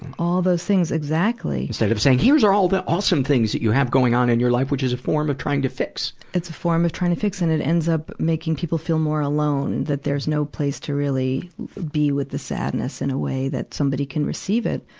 and all those things exactly. instead of saying, here are all the awesome things that you have going on in your life, which is a form of trying to fix. it's a form of trying to fix. and it ends up making people feel more alone, that there's no place to really be with the sadness in a way that somebody can receive it.